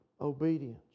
obedience